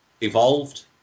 evolved